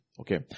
Okay